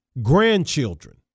Grandchildren